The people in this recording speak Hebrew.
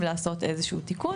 לעשות איזה שהוא תיקון.